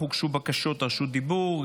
אך הוגשו בקשות רשות דיבור.